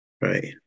right